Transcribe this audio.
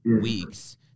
weeks